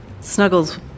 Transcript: Snuggles